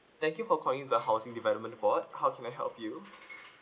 thank you for calling the housing development board how can I help you